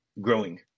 growing